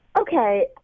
Okay